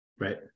Right